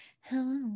hello